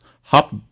hop